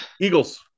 Eagles